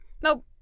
Nope